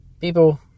people